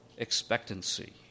expectancy